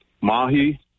mahi